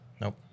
Nope